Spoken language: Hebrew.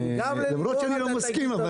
למרות שאני לא מסכים.